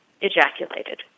ejaculated